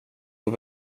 och